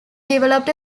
developed